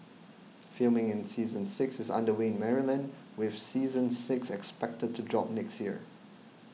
filming for season six is under way in Maryland with season six expected to drop next year